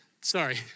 Sorry